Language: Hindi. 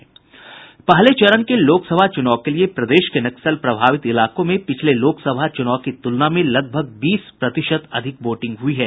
पहले चरण के लोकसभा चुनाव के लिए प्रदेश के नक्सल प्रभावित इलाकों में पिछले लोकसभा चुनाव की तुलना में लगभग बीस प्रतिशत अधिक वोटिंग हुई है